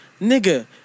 Nigga